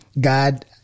God